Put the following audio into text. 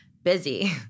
busy